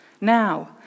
now